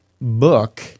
book